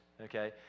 okay